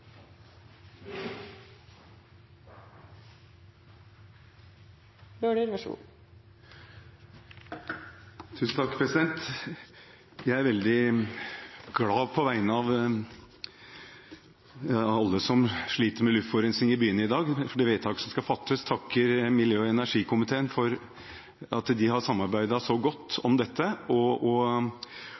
veldig glad på vegne av alle som sliter med luftforurensning i byene i dag, for det vedtaket som skal fattes. Jeg takker miljø- og energikomiteen for at de har samarbeidet så godt om dette, og jeg takker særlig saksordføreren for en fin jobb. Spesielt vil jeg takke Venstre, Kristelig Folkeparti og